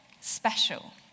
special